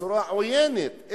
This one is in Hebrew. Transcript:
בצורה עוינת,